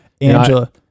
Angela